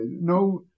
no